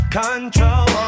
control